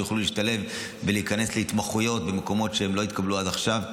שיוכלו להשתלב ולהיכנס להתמחויות במקומות שהם לא התקבלו אליהם עד עכשיו,